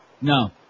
No